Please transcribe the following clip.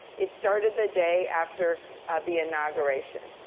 it started the day after the inauguration.